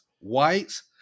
whites